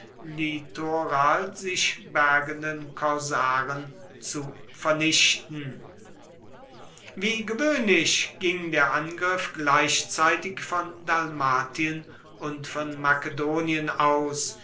litoral sich bergenden korsaren zu vernichten wie gewöhnlich ging der angriff gleichzeitig von dalmatien und von makedonien aus